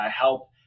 help